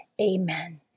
Amen